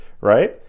right